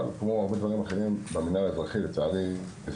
אבל כמו הרבה דברים אחרים במינהל האזרחי לצערי זה